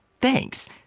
Thanks